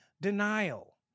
denial